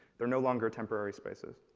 they're no longer temporary spaces.